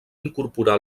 incorporar